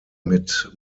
mit